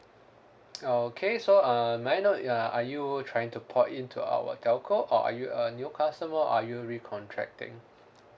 okay so uh may I know uh are you trying to port in to our telco or are you a new customer or are you recontracting